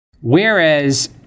Whereas